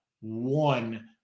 one